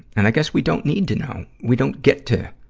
and i guess we don't need to know. we don't get to,